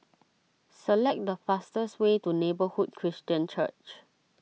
select the fastest way to Neighbourhood Christian Church